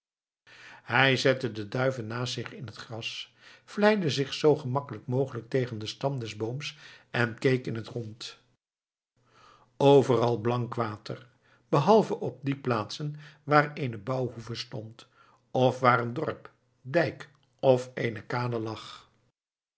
hij zette de duiven naast zich in het gras vlijde zich zoo gemakkelijk mogelijk tegen den stam des booms en keek in het rond overal blank water behalve op die plaatsen waar eene bouwhoeve stond of waar een dorp dijk of eene kade lag